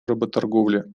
работорговли